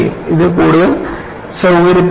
അത് കൂടുതൽ സൌകര്യപ്രദമാണ്